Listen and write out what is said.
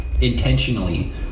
intentionally